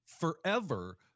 forever